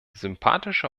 sympathische